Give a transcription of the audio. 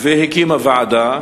והקימה ועדה,